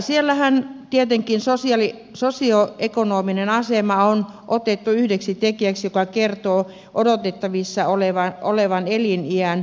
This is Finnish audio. siellähän tietenkin sosioekonominen asema on otettu yhdeksi tekijäksi joka kertoo odotettavissa olevan eliniän